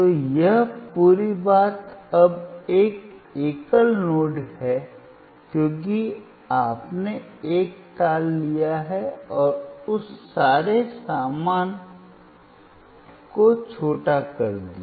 तो यह पूरी बात अब एक एकल नोड है क्योंकि आपने एक तार लिया और उस सारे सामान को छोटा कर दिया